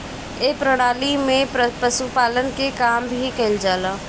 ए प्रणाली में पशुपालन के काम भी कईल जाला